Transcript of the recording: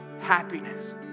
happiness